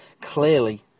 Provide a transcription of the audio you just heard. clearly